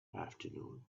afternoon